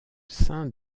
sein